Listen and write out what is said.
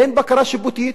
אין בקרה שיפוטית,